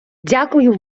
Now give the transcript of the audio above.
дякую